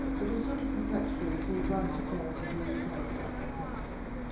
but he's such a perfectionist, he writes a page and then he tears it up and throws it away.